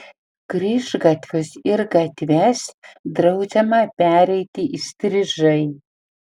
kryžgatvius ir gatves draudžiama pereiti įstrižai